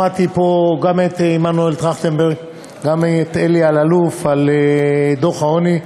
שמעתי פה גם את מנואל טרכטנברג וגם את אלי אלאלוף על דוח העוני.